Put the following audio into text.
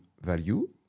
value